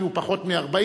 כי הוא פחות מ-40,